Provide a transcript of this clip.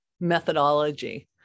methodology